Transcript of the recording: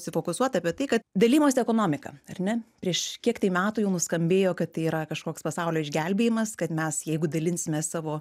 sufokusuota apie tai kad dalijimosi ekonomika ar ne prieš kiek tai metų jau nuskambėjo kad tai yra kažkoks pasaulio išgelbėjimas kad mes jeigu dalinsimės savo